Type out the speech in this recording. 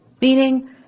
Meaning